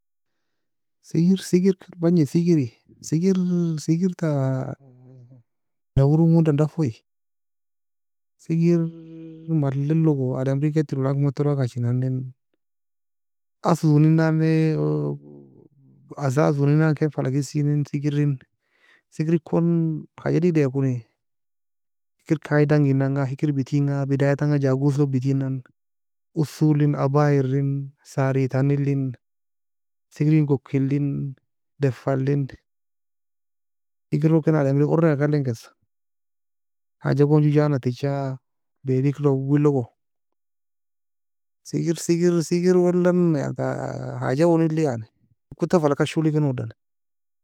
Sigir Sigir kal bangi sigiry sigir, ta dawiy rondan ei daffo sigir malaie logo, ademri ken tino lak mato lak fashi nan ne. اصل uonie nan ne, اساس uonie nan ken fala kisin nen sigren. Sigir ekon حاجة deigidae koni hikr kayedangi nanga hikr betien ga بداية tang jagose log butienan Osso elin Abaiyr en Sarai tan len Sigir en koki elin defa elin. Sigir og ademri ken oreinga kalein kes, حاجة gon joe jana techa bailik dawei logo. Sigir sigr sigir welan ta حاجة uoni el يعني kota falakasho le ken uodan.